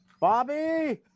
Bobby